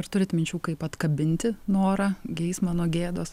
ar turit minčių kaip atkabinti norą geismą nuo gėdos